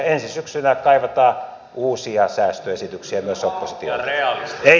ensi syksynä kaivataan uusia säästöesityksiä myös oppositiolta